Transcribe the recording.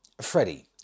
Freddie